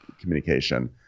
communication